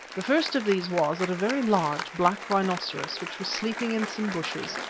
the first of these was that a very large, black rhinoceros, which was sleeping in some bushes,